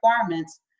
requirements